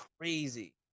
crazy